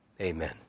Amen